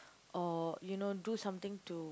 or you know do something to